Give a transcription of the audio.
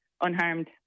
unharmed